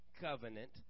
covenant